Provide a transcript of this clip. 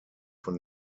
von